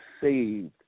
saved